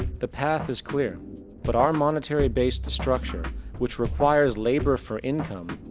the path is clear but our monetary based structure which requires labour for income,